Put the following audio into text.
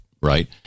right